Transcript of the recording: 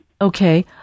okay